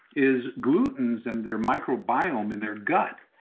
is glutens and their microbiome in their gut,